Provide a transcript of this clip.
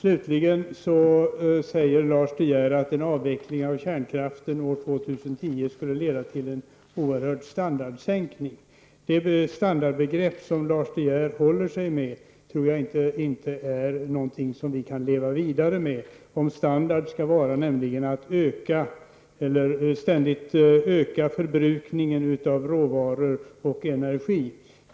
Lars De Geer säger också att en avveckling av kärnkraften år 2010 skulle leda till en oerhörd standardsänkning. Det standardbegrepp som Lars De Geer håller sig med tror jag inte är något som vi kan leva vidare med, om standard skall innebära att man ständigt ökar förbrukningen av råvaror och energi.